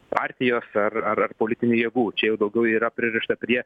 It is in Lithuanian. partijos ar ar politinių jėgų čia jau daugiau yra pririšta prie